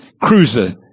cruiser